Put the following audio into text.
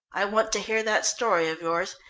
i want to hear that story of yours,